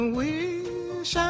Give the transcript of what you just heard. wish